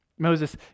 Moses